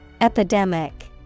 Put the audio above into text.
Epidemic